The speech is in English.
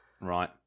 Right